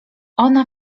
ona